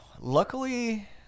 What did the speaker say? luckily